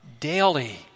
Daily